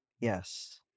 yes